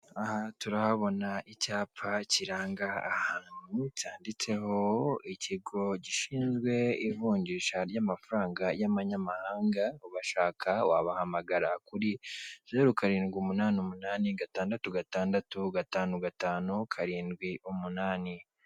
Aha turahabona icyapa kiranga ahantu cyanditseho ikigo gishinzwe ivunjisha ry'amafaranga y'amanyamahanga, ubashaka wabahamagara kuri zeru karindwi umunani umunani gatandatu gatandatu gatanu gatanu karindwi umunani.